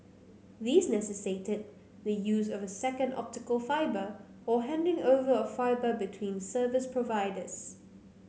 these necessitated the use of a second optical fibre or handing over of fibre between service providers